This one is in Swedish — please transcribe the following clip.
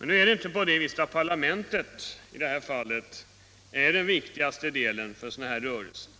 Nu är inte parlamentet den viktigaste delen för en sådan här rörelse.